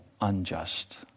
unjust